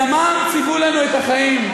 בדמם ציוו לנו את החיים.